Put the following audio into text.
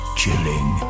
chilling